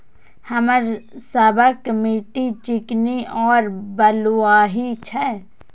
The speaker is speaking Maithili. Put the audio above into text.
हमर सबक मिट्टी चिकनी और बलुयाही छी?